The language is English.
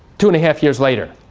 two and a half years later.